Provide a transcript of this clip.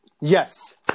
Yes